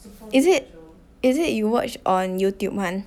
is it is it you watch on YouTube [one]